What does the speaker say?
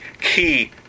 key